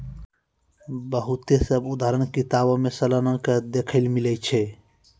बहुते सभ उदाहरण किताबो मे सलाना के देखै लेली मिलै छै